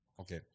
okay